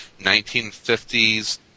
1950s